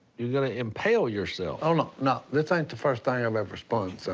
you're gonna impale yourself. oh, no, no, this ain't the first thing i've ever spun, so